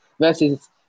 versus